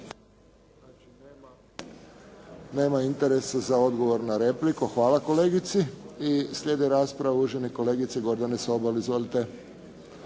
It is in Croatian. nema interesa za odgovor na repliku. Hvala kolegici. I slijedi rasprava uvažene kolegice Gordane Sobol. Izvolite.